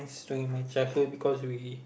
slowing my childhood because we